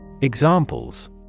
Examples